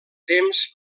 temps